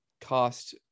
cost